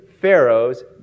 pharaoh's